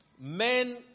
Men